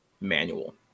manual